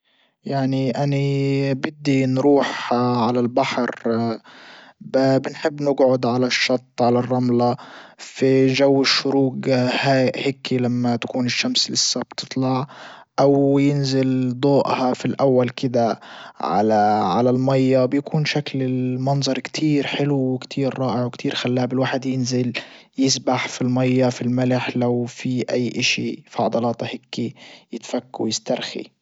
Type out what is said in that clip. يعني اني بدي نروح على البحر بنحب نجعد على الشط على الرملة في جو الشروج هيكي لما تكون الشمس لسا بتطلع او ينزل ضوئها في الاول كدا على على الماية بيكون شكل المنظر كتير حلو وكتير رائع وكتير خلاب الواحد ينزل يسبح في المية في الملح لو في اي اشي في عضلاته هيكي يتفك ويسترخي.